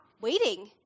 waiting